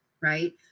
Right